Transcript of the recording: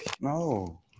No